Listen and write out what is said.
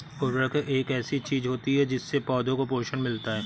उर्वरक एक ऐसी चीज होती है जिससे पौधों को पोषण मिलता है